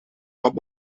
van